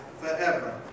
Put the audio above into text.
forever